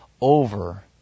over